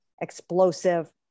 explosive